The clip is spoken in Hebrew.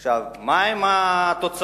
עכשיו, מהן התוצאות